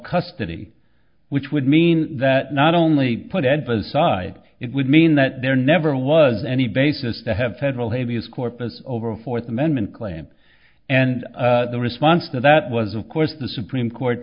custody which would mean that not only put ed but aside it would mean that there never was any basis to have federal habeas corpus over a fourth amendment claim and the response to that was of course the supreme court